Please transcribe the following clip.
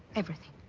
everything.